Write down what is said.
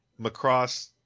Macross